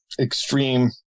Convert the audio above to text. extreme